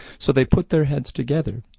so they put their heads together,